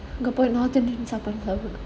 அங்க போய்:anga poi north indian சாப்பிடனும்: saapidanum